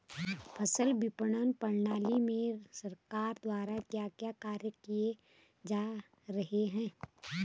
फसल विपणन प्रणाली में सरकार द्वारा क्या क्या कार्य किए जा रहे हैं?